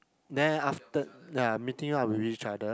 then after meeting up with each other